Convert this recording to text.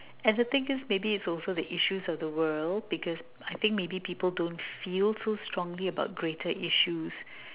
and the thing is maybe it's also the issues of the world because I think maybe people don't feel too strongly about greater issues